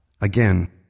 Again